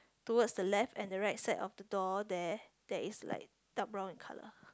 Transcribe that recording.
towards the left and the right side of the door there there is like dark brown in colour